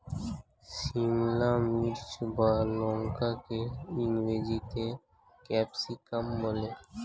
সিমলা মির্চ বা লঙ্কাকে ইংরেজিতে ক্যাপসিকাম বলা হয়